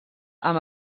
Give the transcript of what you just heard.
amb